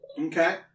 Okay